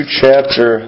chapter